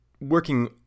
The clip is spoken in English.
working